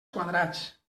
quadrats